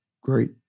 great